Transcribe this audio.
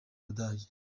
budage